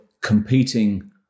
competing